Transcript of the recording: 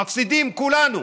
מפסידים כולנו.